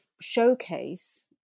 showcase